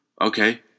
okay